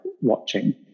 watching